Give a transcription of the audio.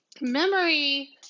Memory